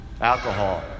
alcohol